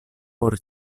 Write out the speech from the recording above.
por